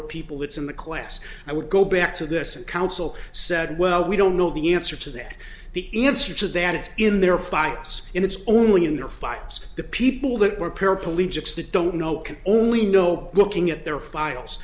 of people that's in the class i would go back to this council said well we don't know the answer to that the answer to that is in their fights and it's only in their fights the people that were paraplegics that don't know can only know looking at their files